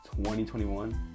2021